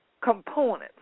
components